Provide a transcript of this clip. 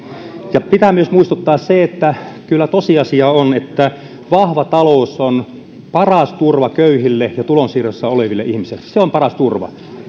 myönteisesti pitää myös muistuttaa siitä että kyllä tosiasia on että vahva talous on paras turva köyhille ja tulonsiirtoja saaville ihmisille se on paras turva